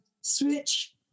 switch